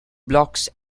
blocks